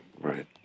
right